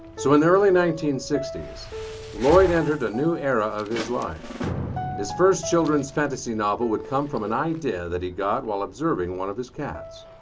so in the early nineteen sixty s lloyd entered a new era of his life his first children's fantasy novel would come from an idea that he got while observing one of his cats.